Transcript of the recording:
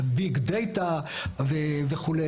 ביג דאטה וכו',